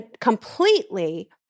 completely